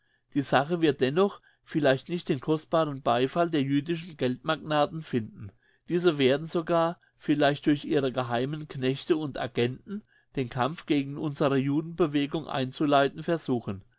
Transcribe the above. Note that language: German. die sache wird dennoch vielleicht nicht den kostbaren beifall der jüdischen geldmagnaten finden diese werden sogar vielleicht durch ihre geheimen knechte und agenten den kampf gegen unsere judenbewegung einzuleiten versuchen